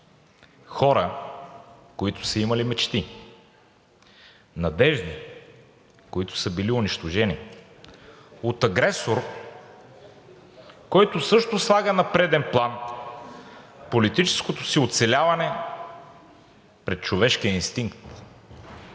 хора, които са имали мечти, надежди, които са били унищожени от агресор, който също слага на преден план политическото си оцеляване пред човешкия инстинкт.